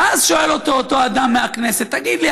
ואז שואל אותו אדם מהכנסת: תגיד לי,